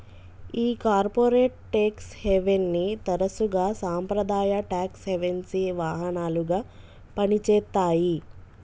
ఈ corporate tax హేవెన్ని తరసుగా సాంప్రదాయ టాక్స్ హెవెన్సి వాహనాలుగా పని చేత్తాయి